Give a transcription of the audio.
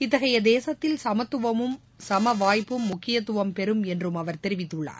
இத்தகைய தேசத்தில் சமத்துவமும் சம வாய்ப்பும் முக்கியத்துவம் பெறும் என்றும் அவர் தெரிவித்துள்ளார்